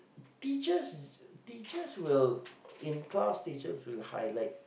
teachers teachers will in class teachers will highlight